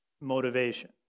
motivation